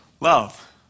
love